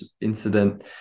incident